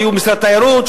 היו ממשרד התיירות,